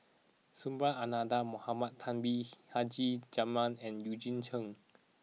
Subhas Anandan Mohamed Taha Haji Jamil and Eugene Chen